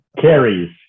Carries